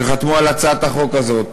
שחתמו על הצעת החוק הזאת,